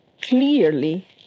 clearly